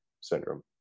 syndrome